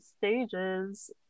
stages